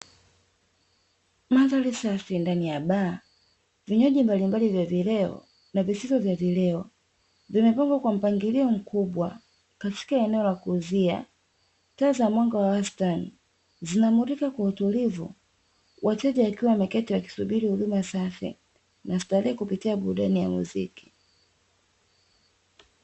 Mandhari safi ndani ya baa vinywaji mbalimbali vya vileo na visivyo vya vileo vimepangwa kwa mpangilio mkubwa katika eneo la kuuzia, taa za mwaga za wastani zinamulika kwa utulivu wateja wakiwa wameketi wakisubiri huduma safi na starehe kupitia burudani ya muziki.